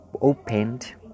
opened